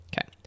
Okay